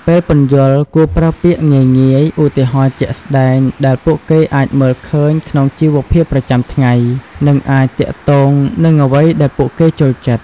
ពេលពន្យល់ គួរប្រើពាក្យងាយៗ ឧទាហរណ៍ជាក់ស្តែងដែលពួកគេអាចមើលឃើញក្នុងជីវភាពប្រចាំថ្ងៃ និងអាចទាក់ទងនឹងអ្វីដែលពួកគេចូលចិត្ត។